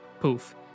poof